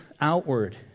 outward